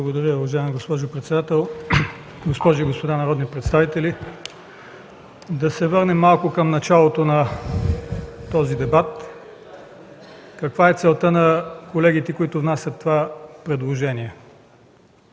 Благодаря. Уважаема госпожо председател, уважаеми госпожи и господа народни представители! Да се върнем малко към началото на този дебат – каква е целта на колегите, които внесоха това предложение?